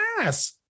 ass